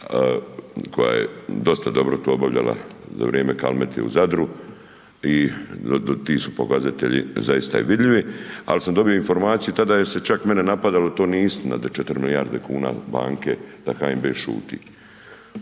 koja je dosta dobro to obavljala za vrijeme Kalmete u Zadru i ti su pokazatelji zaista i vidljivi, al sam dobio informaciju, tada je se čak mene napadalo, to nije istina da je 4 milijarde kuna u banke, da HNB šuti.